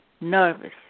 nervous